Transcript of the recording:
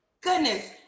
Goodness